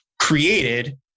created